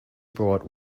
brought